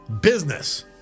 business